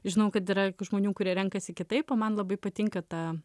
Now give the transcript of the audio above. žinau kad yra žmonių kurie renkasi kitaip o man labai patinka ta